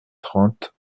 trente